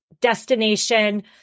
destination